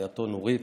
ורעייתו נורית,